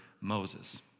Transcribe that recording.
Moses